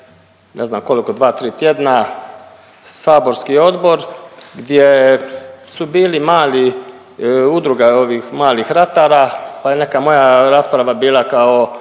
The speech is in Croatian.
ne znam koliko 2-3 tjedna saborski odbor gdje su bili mali, udruga ovih malih ratara pa neka moja rasprava bila kao